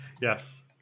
Yes